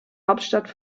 hauptstadt